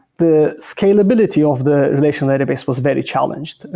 the scalability of the relational database was very challenged.